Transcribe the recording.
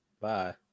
Bye